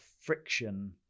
friction